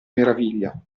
meraviglia